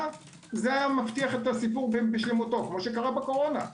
זה היה מבטיח את הסיפור בשלמותו כמו שהיה בקורונה.